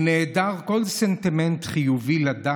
הוא נעדר כל סנטימנט חיובי לדת.